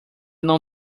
não